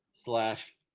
Slash